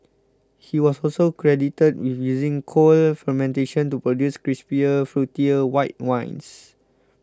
he was also credited with using cold fermentation to produce crisper fruitier white wines